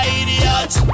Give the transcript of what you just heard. idiots